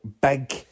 big